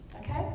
okay